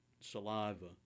saliva